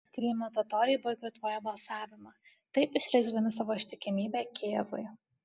krymo totoriai boikotuoja balsavimą taip išreikšdami savo ištikimybę kijevui